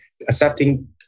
accepting